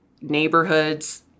neighborhoods